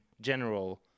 general